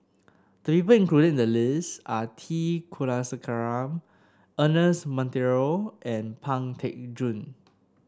the people included in the list are T Kulasekaram Ernest Monteiro and Pang Teck Joon